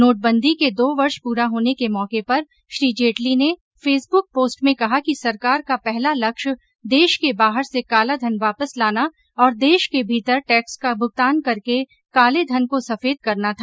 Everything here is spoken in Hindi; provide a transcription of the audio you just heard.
नोटबंदी के दो वर्ष पूरा होने के मौके पर श्री जेटली ने फेसंबुक पोस्ट में कहा कि सरकार का पहला लक्ष्य देश के बाहर से काला धन वापस लाना और देश के भीतर टैक्स का भुगतान करके काले धन को सफेद करना था